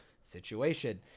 situation